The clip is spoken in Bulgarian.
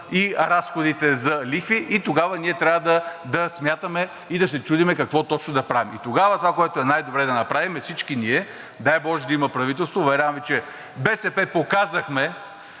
и разходите за лихви и тогава ние трябва да смятаме и да се чудим какво точно да правим. И тогава това, което е най-добре да направим, е всички ние, дай боже да има правителство, уверявам Ви, че БСП показахме,